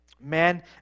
man